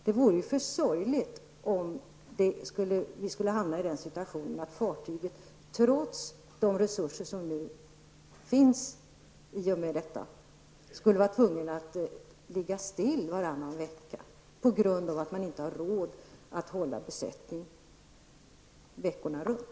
Det vore för sorgligt om vi skulle hamna i den situationen att fartyget trots de resurser som nu finns skulle få ligga still varannan vecka på grund av att man inte har råd att hålla besättning veckorna runt.